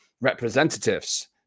representatives